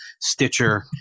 Stitcher